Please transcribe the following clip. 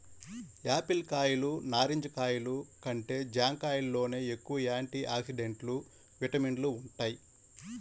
Apple కాయలు, నారింజ కాయలు కంటే జాంకాయల్లోనే ఎక్కువ యాంటీ ఆక్సిడెంట్లు, విటమిన్లు వుంటయ్